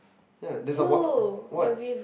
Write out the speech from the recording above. ya there's a water what